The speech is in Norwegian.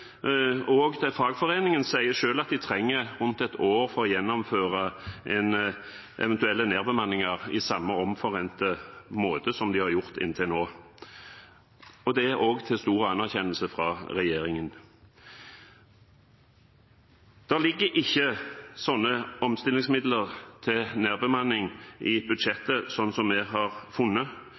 at de trenger rundt ett år for å gjennomføre eventuelle nedbemanninger på samme omforente måte som de har gjort til nå – det også til stor anerkjennelse fra regjeringen. Det ligger ikke slike omstillingsmidler til nedbemanning i budsjettet, som vi har funnet,